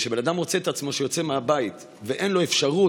כשבן אדם מוצא את עצמו שהוא יוצא מהבית ואין לו אפשרות